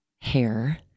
hair